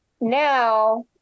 now